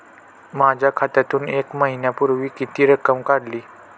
माझ्या खात्यातून एक महिन्यापूर्वी किती रक्कम काढली?